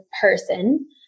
person